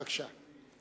בבקשה.